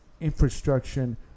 infrastructure